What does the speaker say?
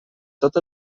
tot